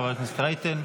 חברת הכנסת רייטן.